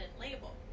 label